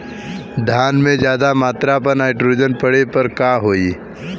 धान में ज्यादा मात्रा पर नाइट्रोजन पड़े पर का होई?